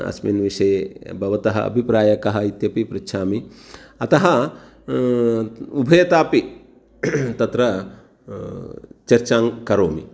अस्मिन् विषये भवतः अभिप्रायः कः इत्यपि पृच्छामि अतः उभयथापि तत्र चर्चां करोमि